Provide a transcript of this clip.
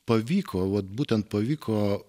pavyko vat būtent pavyko